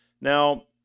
Now